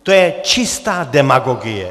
To je čistá demagogie.